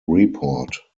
report